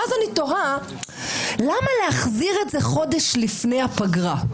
ואז אני תוהה למה להחזיר את זה חודש לפני הפגרה?